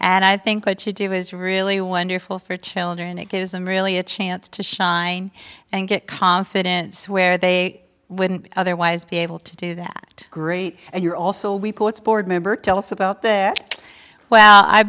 and i think what you do is really wonderful for children it isn't really a chance to shine and get confidence where they wouldn't otherwise be able to do that great and you're also reports board member tell us about their well i